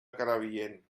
crevillent